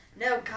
No